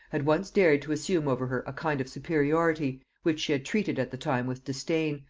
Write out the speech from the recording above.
had once dared to assume over her a kind of superiority, which she had treated at the time with disdain,